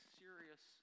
serious